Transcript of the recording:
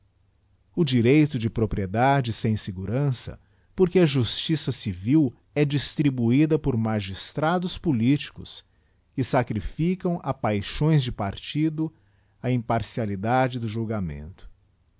o direito de propriedade sem segurança porque a justiça civil é distribuída por magistrados pqr uticos que sacrificam a psáxões de partido a imparxiar lidade do julgamento